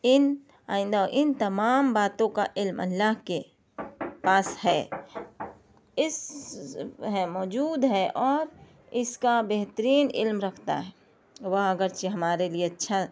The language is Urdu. ان آئندہ ان تمام باتوں کا علم اللہ کے پاس ہے اس ہے موجود ہے اور اس کا بہترین علم رکھتا ہے وہ اگرچہ ہمارے لیے اچھا